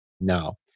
No